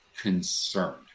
concerned